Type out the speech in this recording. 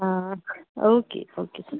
हाँ okay okay sir